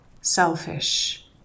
selfish